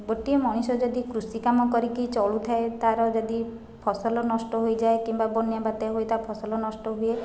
ଗୋଟିଏ ମଣିଷ ଯଦି କୃଷି କାମ କରିକି ଚଳୁଥାଏ ତା'ର ଯଦି ଫସଲ ନଷ୍ଟ ହୋଇଯାଏ କିମ୍ବା ବନ୍ୟା ବାତ୍ୟା ହୋଇ ତା ଫସଲ ନଷ୍ଟ ହୁଏ